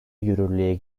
yürürlüğe